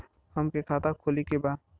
हमके खाता खोले के बा?